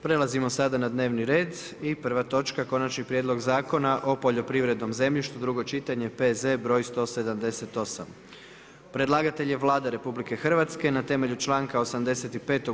Prelazimo sada na dnevni red i prva točka: - Konačni prijedlog Zakona o poljoprivrednom zemljištu, drugo čitanje, P.Z. br. 178 Predlagatelj akta je Vlada RH na temelju članka 85.